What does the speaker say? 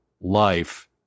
life